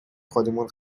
خودمون